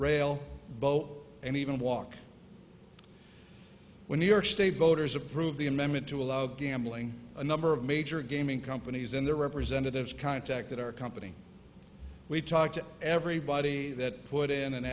rail bo and even walk when new york state voters approved the amendment to allow gambling a number of major gaming companies and their representatives contacted our company we talked to everybody that put in an